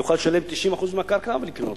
הוא יוכל לשלם 90% מהקרקע ולקנות.